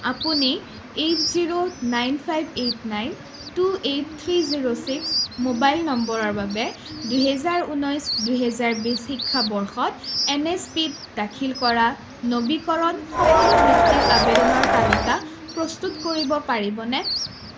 আপুনি eight zero nine five eight nine two eight three zero six mobile নম্বৰৰ বাবে দুহেজাৰ ঊনৈছ দুহেজাৰ বিশ শিক্ষাবৰ্ষত এন এছ পিত দাখিল কৰা নবীকৰণ সকলো বৃত্তিৰ আবেদনৰ তালিকা প্ৰস্তুত কৰিব পাৰিবনে